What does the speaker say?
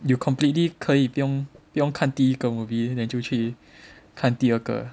you completely 可以不用看第一个 movie then 就去看第二个